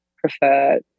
prefer